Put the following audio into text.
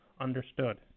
understood